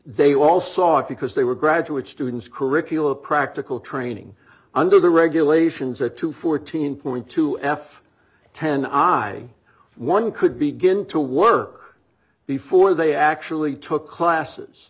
it because they were graduate students curricula practical training under the regulations at two fourteen point two f ten i one could begin to work before they actually took classes